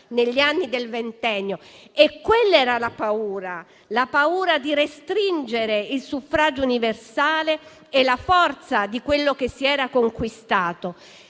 un'infornata nel Ventennio. Quella era la paura: restringere il suffragio universale e la forza di quello che si era conquistato.